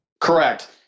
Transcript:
Correct